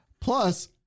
Plus